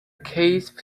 case